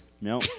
No